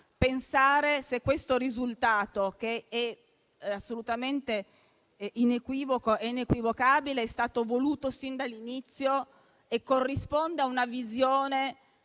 non so se questo risultato, che è assolutamente inequivoco e inequivocabile, sia stato voluto sin dall'inizio e corrisponda a una visione,